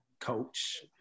coach